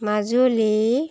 Majuli